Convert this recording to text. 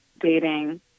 dating